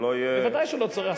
שלא יהיה, ודאי שלא צריך.